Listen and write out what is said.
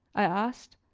i asked.